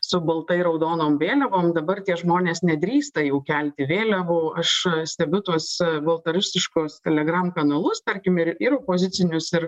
su baltai raudonom vėliavom dabar tie žmonės nedrįsta jau kelti vėliavų aš stebiu tuos baltarusiškos telegram kanalus tarkim ir ir opozicinius ir